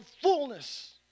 fullness